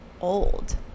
old